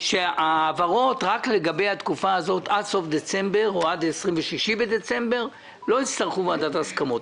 שההעברות לגבי התקופה הזו עד 26 בדצמבר לא יצטרכו ועדת הסכמות.